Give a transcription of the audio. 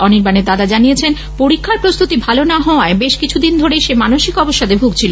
অর্ণিবানের দাদা জানায় পরীক্ষার প্রস্তুতি ভালো না হওয়ায় বেশ কিছুদিন ধরে সে মানসিক অবসাদে ভুগছিল